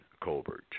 Colbert